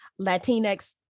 Latinx